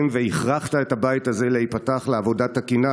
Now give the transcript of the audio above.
והכרחת את הבית הזה להיפתח לעבודה תקינה,